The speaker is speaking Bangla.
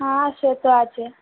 হ্যাঁ সে তো আছে